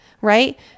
right